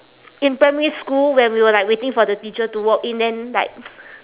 in primary school when we were like waiting for the teacher to walk in then like